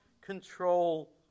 control